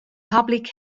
public